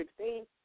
2016